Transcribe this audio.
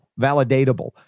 validatable